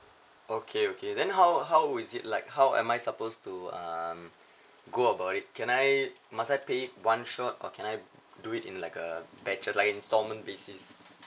okay okay then how how is it like how am I suppose to um go about it can I must I pay it one shot or can I do it in like a batches like instalment basis